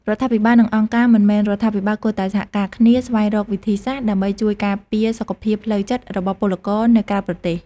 រដ្ឋាភិបាល និងអង្គការមិនមែនរដ្ឋាភិបាលគួរតែសហការគ្នាស្វែងរកវិធីសាស្ត្រ ដើម្បីជួយការពារសុខភាពផ្លូវចិត្តរបស់ពលករនៅក្រៅប្រទេស។